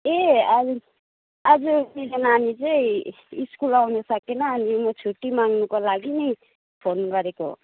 ए आज आज मेरो नानी चाहिँ स्कुल आउनु सकेन अनि म छुट्टी माग्नुको लागि नि फोन गरेको